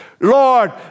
Lord